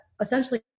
essentially